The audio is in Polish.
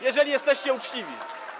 Jeżeli jesteście uczciwi.